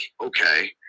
okay